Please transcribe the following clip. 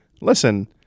Listen